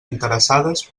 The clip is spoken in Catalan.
interessades